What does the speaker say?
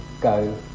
go